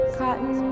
cotton